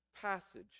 passage